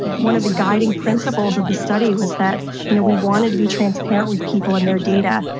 one of the guiding principles of the study was that you know we wanted to be transparent with people and their data,